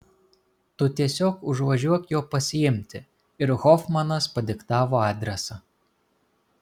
tu tiesiog užvažiuok jo pasiimti ir hofmanas padiktavo adresą